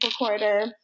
recorder